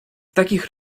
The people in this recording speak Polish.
takich